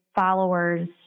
followers